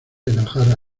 enojar